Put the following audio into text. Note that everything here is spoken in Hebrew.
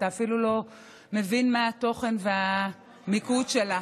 ואתה אפילו לא מבין מה התוכן ומה המיקוד שלה.